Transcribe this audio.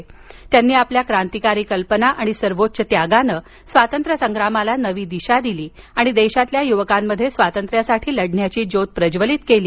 भगतसिंग यांनी आपल्या क्रांतिकारी कल्पना आणि सर्वोच्च त्यागानं स्वातंत्र्य संग्रामाला नवी दिशा दिली आणि देशातील युवकांमध्ये स्वातंत्र्यासाठी लढण्याची ज्योत प्रज्वलित केली